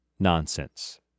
Nonsense